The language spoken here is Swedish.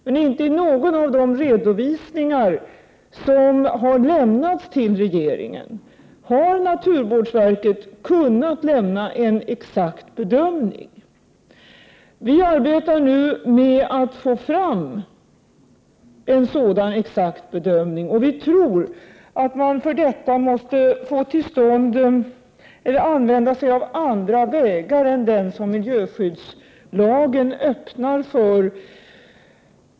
Men inte i någon av de redovisningar som har lämnats till regeringen har naturvårdsverket kunnat lämna en exakt bedömning. Vi arbetar nu med att få fram en sådan exakt bedömning. Vi tror att man för detta måste få använda sig av andra vägar än dem som miljöskyddslagen öppnar.